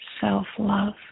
self-love